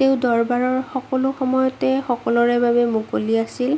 তেওঁ দৰবাৰ সকলো সময়তে সকলোৰে বাবে মুকলি আছিল